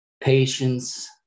patience